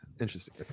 Interesting